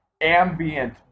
ambient